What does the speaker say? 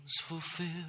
fulfilled